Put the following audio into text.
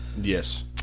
Yes